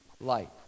light